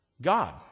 God